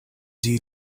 due